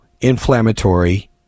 inflammatory